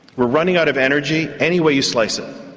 we're running out of energy any way you slice it,